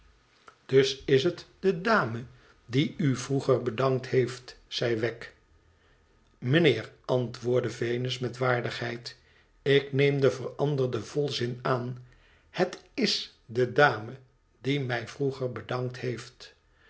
is het de dame die u vroeger bedankt heeft l zei weg imeneer antwoordde venus met waardigheid ikneem dien veranderden volzin aan het ia de dame die mij vroeger bedankt heelt